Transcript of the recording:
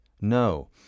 No